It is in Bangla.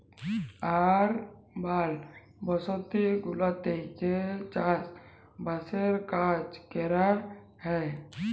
আরবাল বসতি গুলাতে যে চাস বাসের কাজ ক্যরা হ্যয়